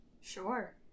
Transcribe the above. Sure